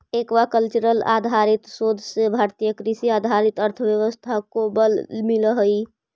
aquacultural आधारित शोध से भारतीय कृषि आधारित अर्थव्यवस्था को बल मिलअ हई